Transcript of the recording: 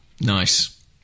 Nice